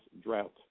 drought